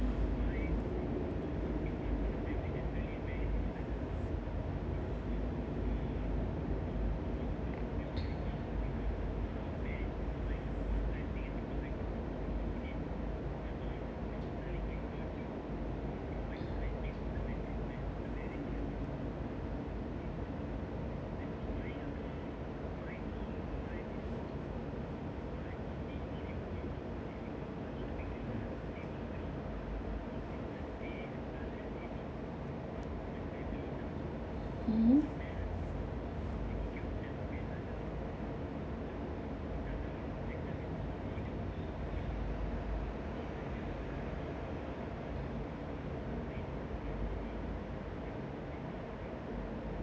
mmhmm